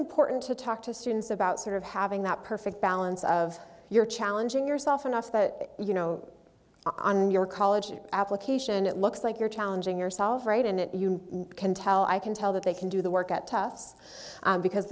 important to talk to students about sort of having that perfect balance of you're challenging yourself enough that you know on your college application it looks like you're challenging yourself right and it you can tell i can tell that they can do the work at tufts because